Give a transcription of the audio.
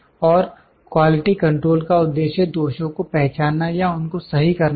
और quality control का उद्देश्य दोषों को पहचानना या उनको सही करना है